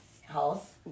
health